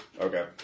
Okay